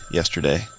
yesterday